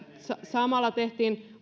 samalla tehtiin